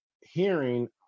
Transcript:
hearing